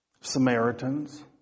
Samaritans